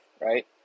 Right